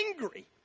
angry